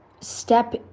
step